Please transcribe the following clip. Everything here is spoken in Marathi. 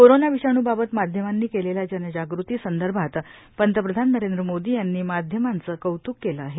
कोरोना विषाणू बाबत माध्यमांनी केलेल्या जनजागृती संदर्भात पंतप्रधान नरेंद्र मोदी यांनी माध्यमांच कौतुक केल आहे